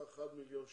בסך מיליון שקל.